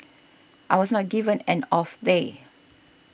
I was not given an off day